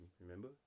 remember